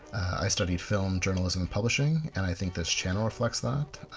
i studied film, journalism and publishing and i think this channel reflects that.